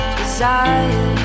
desire